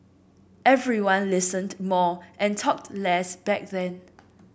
everyone listened more and talked less back then